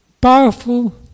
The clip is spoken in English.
powerful